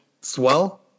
Swell